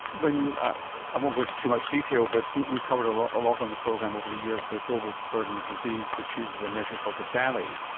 i won't go into too much detail, but we've we've covered a lot a lot on the program over the years, the global burden of disease which uses a measure called the daly,